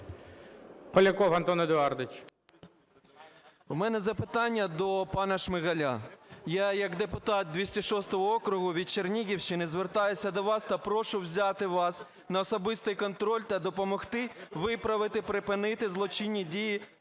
У мене запитання до пана Шмигаля. Я як депутат 206 округу від Чернігівщини звертаюся до вас та прошу взяти вас на особистий контроль та допомогти виправити припинити злочинні дії